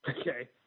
okay